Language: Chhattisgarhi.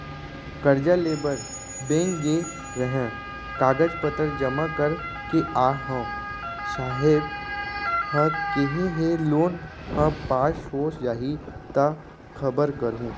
करजा लेबर बेंक गे रेहेंव, कागज पतर जमा कर के आय हँव, साहेब ह केहे हे लोन ह पास हो जाही त खबर करहूँ